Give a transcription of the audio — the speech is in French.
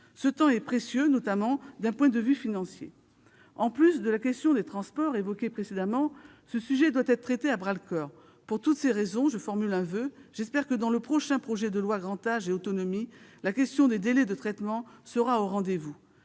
Ce temps est précieux, notamment d'un point de vue financier. En plus de la question des transports évoquée précédemment, ce sujet doit être pris à bras-le-corps. Pour toutes ces raisons, je formule un voeu : j'espère que dans le prochain projet de loi relatif au grand âge et à l'autonomie, la question des délais de traitement sera au rendez-vous.